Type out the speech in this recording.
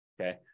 okay